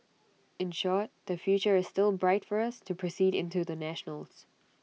in short the future is still bright for us to proceed into the national's